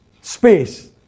space